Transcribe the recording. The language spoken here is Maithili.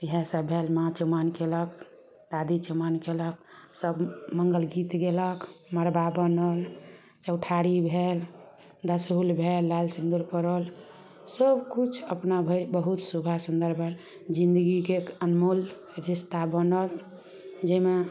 इएहे सभ भेल माँ चुमाओन कयलक दादी चुमाओन कयलक सभ मङ्गल गीत गेलक मड़बा बनल चौठरी भेल दसहुल भेल लाल सिन्दूर पड़ल सभकिछु अपना भरि बहुत शोभा सुन्दर बड़ जिन्दगीके अनमोल रिश्ता बनल जइमे